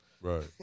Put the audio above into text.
Right